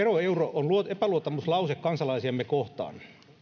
veroeuro on epäluottamuslause kansalaisiamme kohtaan